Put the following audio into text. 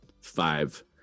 five